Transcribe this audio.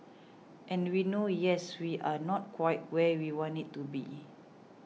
and we know yes we are not quite where we want it to be